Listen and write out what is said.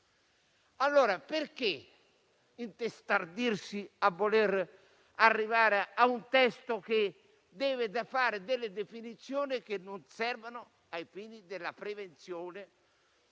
Allora perché intestardirsi a voler arrivare a un testo che deve contenere definizioni che non servono ai fini della prevenzione